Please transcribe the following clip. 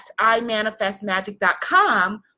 imanifestmagic.com